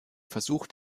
versucht